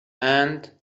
and